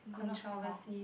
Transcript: do not talk